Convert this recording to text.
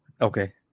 Okay